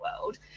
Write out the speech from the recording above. world